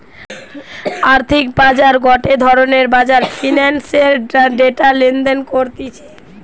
আর্থিক বাজার গটে ধরণের বাজার ফিন্যান্সের ডেটা লেনদেন করতিছে